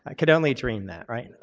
could only dream that, right? and